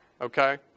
okay